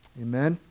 Amen